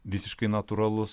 visiškai natūralus